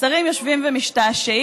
השרים יושבים ומשתעשעים,